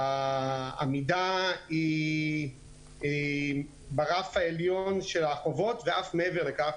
העמידה היא ברף העליון של החובות ואף מעבר לכך,